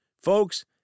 Folks